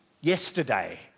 yesterday